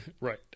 Right